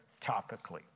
topically